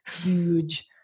huge